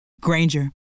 Granger